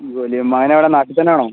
ജോലി മകൻ എവിടെ നാട്ടിൽ തന്നെ ആണോ